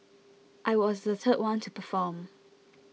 I was the third one to perform